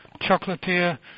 chocolatier